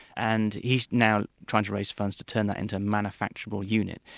and he's now trying to raise funds to turn that into a manufacturable unit.